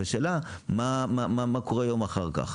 והשאלה מה קורה יום אחר כך.